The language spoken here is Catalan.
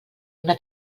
una